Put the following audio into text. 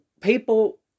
People